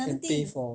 can pay for